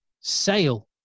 Sale